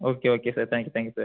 okay okay sir thank you thank you sir